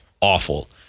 awful